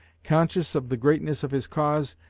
conscious of the greatness of his cause,